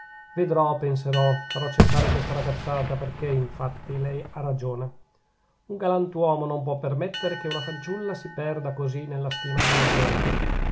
vedrò penserò farò cessare questa ragazzata perchè infatti lei ha ragione un galantuomo non può permettere che una fanciulla si perda così nella stima della gente